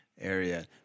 area